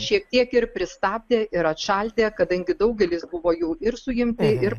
šiek tiek ir pristabdė ir atšaldė kadangi daugelis buvo jau ir suimti ir